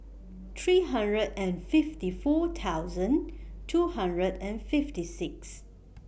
three hundred and fifty four thousand two hundred and fifty six